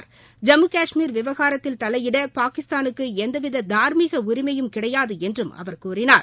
ஐம்மு கஷ்மீர் விவகாரத்தில் தலையிட பாகிஸ்தானுக்கு எந்தவித தார்மீக உரிமையும் கிடையாது என்றும் அவர் கூறினார்